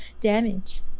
Damage